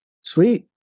Sweet